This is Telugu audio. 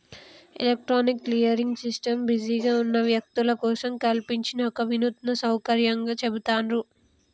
ఎలక్ట్రానిక్ క్లియరింగ్ సిస్టమ్ బిజీగా ఉన్న వ్యక్తుల కోసం కల్పించిన ఒక వినూత్న సౌకర్యంగా చెబుతాండ్రు